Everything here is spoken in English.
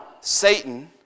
Satan